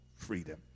Freedom